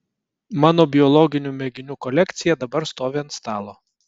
mano biologinių mėginių kolekcija dabar stovi ant stalo